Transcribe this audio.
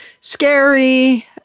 scary